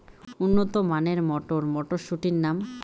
উন্নত মানের মটর মটরশুটির নাম?